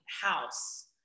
house